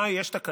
אה, יש תקנון?